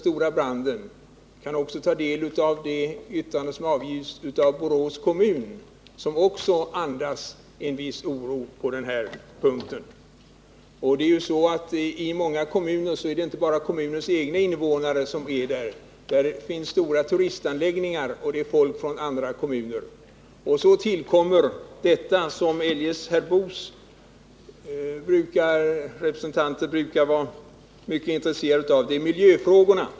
Borås kommun har också avgivit ett yttrande som andas oro på den här punkten. I många kommuner berör brandordningen inte bara de egna invånarna utan också folk från andra kommuner, t.ex. gäster i turistanläggningar. Sedan tillkommer miljöfrågorna, som herr Boo och de som han representerar brukar vara mycket intresserade av.